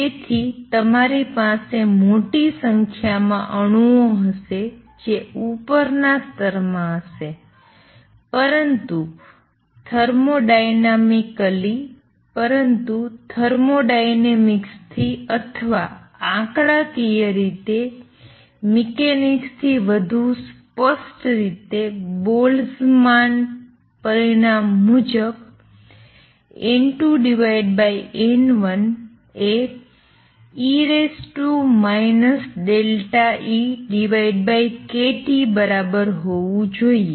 તેથી તમારી પાસે મોટી સંખ્યામાં અણુઓ હશે જે ઉપર ના સ્તર માં હશે પરંતુ થર્મોડાયનેમિકલી પરંતુ થર્મોડાયનેમિક્સથી અથવા આંકડાકીય રીતે મિકેનિક્સથી વધુ સ્પષ્ટ રીતે બોલ્ટઝમાન પરિણામ મુજબ N2N1 એ e ΔEkT બરાબર હોવું જોઈએ